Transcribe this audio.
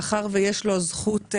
מאחר ויש לו זכות,